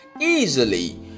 easily